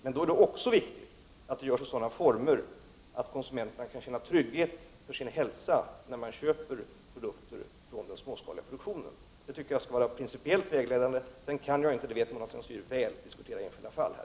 Men då är det också viktigt att detta görs i sådana former att konsumenterna kan känna trygghet för sin hälsa när de köper produkter från den småskaliga produktionen. Det tycker jag skall vara principiellt vägledande. Sedan kan jag, som Mona Saint Cyr väl känner till, inte diskutera enskilda fall här.